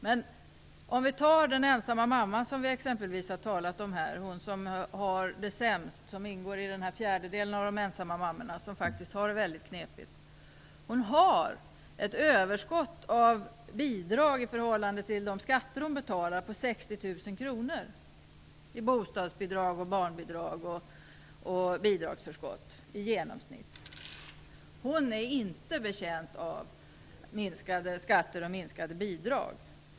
Men om vi tar den ensamma mamman som vi har talat om här, hon som har det sämst och ingår i den fjärdedel av de ensamma mammorna som faktiskt har det väldigt knepigt, visar det sig att hon har ett överskott av bidrag i förhållande till de skatter hon betalar på i genomsnitt 60 000 kronor. Det handlar om bostadsbidrag, barnbidrag och bidragsförskott. Hon är inte betjänt av minskade skatter och minskade bidrag.